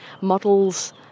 models